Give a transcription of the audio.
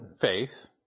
faith